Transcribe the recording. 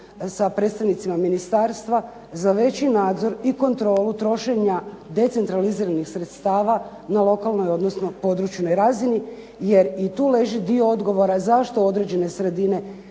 sa predstavnicima ministarstva, za veći nadzor i kontrolu trošenja decentraliziranih sredstava, na lokalnoj odnosno područnoj razini, jer i tu leži dio odgovora zašto određene sredine